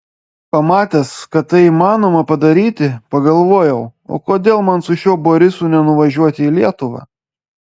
pamatęs kad tai įmanoma padaryti pagalvojau o kodėl man su šiuo borisu nenuvažiuoti į lietuvą